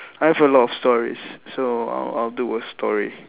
I have a lot of stories so I'll I'll do a story